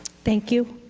thank you.